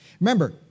Remember